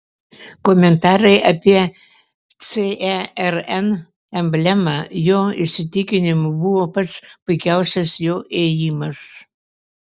komentarai apie cern emblemą jo įsitikinimu buvo pats puikiausias jo ėjimas